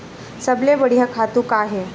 सबले बढ़िया खातु का हे?